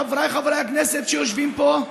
חבריי חברי הכנסת שיושבים פה,